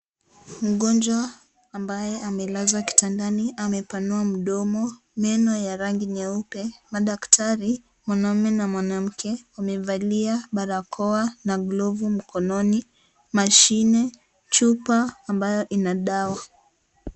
Mgonjwa ambaye amelazwa kitandani amepanua mdomo. Meno ya rangi nyeupe. Madaktari, mwanamume na mwanamke, wamevalia barakoa na glovu mkononi, mashine, chupa ambayo ina dawa.